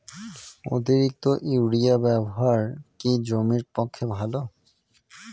অতিরিক্ত ইউরিয়া ব্যবহার কি জমির পক্ষে ভালো?